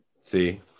See